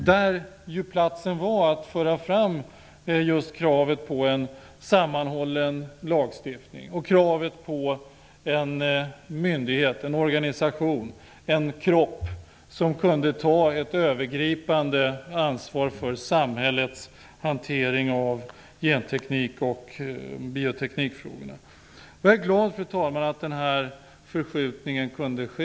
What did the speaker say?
Det var rätt forum för att föra fram kravet på en sammanhållen lagstiftning och en myndighet, en organisation eller en kropp, som kunde ta ett övergripande ansvar för samhällets hantering av genteknik och bioteknikfrågorna. Fru talman! Jag är glad över att den här förskjutningen kunde ske.